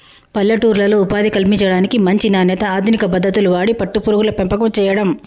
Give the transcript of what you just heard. పల్లెటూర్లలో ఉపాధి కల్పించడానికి, మంచి నాణ్యత, అధునిక పద్దతులు వాడి పట్టు పురుగుల పెంపకం చేయడం